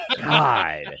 God